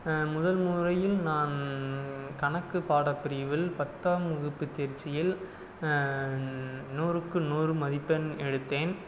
முதல் முறையில் நான் கணக்கு பாட பிரிவில் பத்தாம் வகுப்பு தேர்ச்சியில் நூறுக்கு நூறு மதிப்பெண் எடுத்தேன்